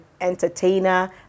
entertainer